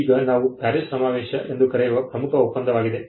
ಈಗ ನಾವು PARIS ಸಮಾವೇಶ ಎಂದು ಕರೆಯುವ ಪ್ರಮುಖ ಒಪ್ಪಂದವಾಗಿದೆ